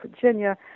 Virginia